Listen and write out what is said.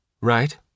Right